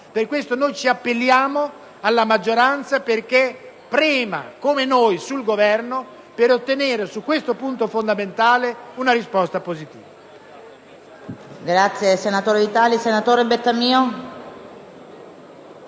Per questo ci appelliamo alla maggioranza perché prema come noi sul Governo per ottenere su questo punto fondamentale una risposta positiva.